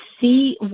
see